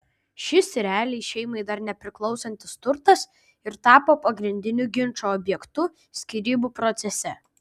šis realiai šeimai dar nepriklausantis turtas ir tapo pagrindiniu ginčo objektu skyrybų procese